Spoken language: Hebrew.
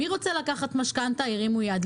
מי רוצה לקחת משכנתא הרימו יד.